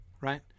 right